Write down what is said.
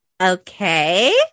Okay